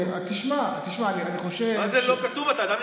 תשמע, תשמע, אני חושב, מה, זה לא כתוב.